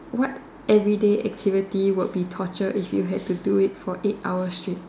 what everyday activity would be torture if you had to do it for eight hours straight